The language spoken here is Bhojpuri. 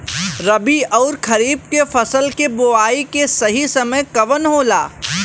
रबी अउर खरीफ के फसल के बोआई के सही समय कवन होला?